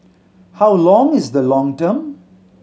how long is the long term